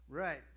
right